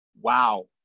wow